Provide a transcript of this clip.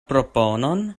proponon